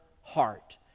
heart